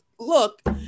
look